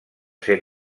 ser